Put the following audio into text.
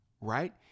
right